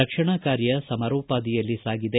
ರಕ್ಷಣಾ ಕಾರ್ಯ ಸಮರೋಪಾದಿಯಲ್ಲಿ ಸಾಗಿದೆ